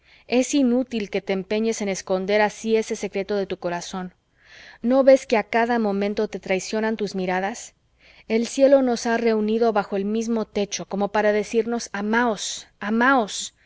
es inútil que te empeñes en esconder así ese secreto de tu corazón no ves que a cada momento te traicionan tus miradas el cielo nos ha reunido bajo el mismo techo como para decirnos amaos amaos